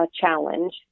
challenge